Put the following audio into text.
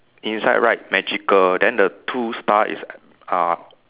inside write magical then the two star is uh